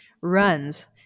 runs